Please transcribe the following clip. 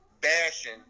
bashing